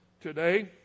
today